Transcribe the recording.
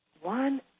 One